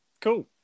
cool